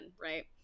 right